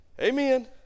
Amen